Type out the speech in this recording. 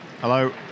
Hello